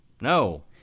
No